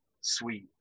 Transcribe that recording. sweet